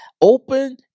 Open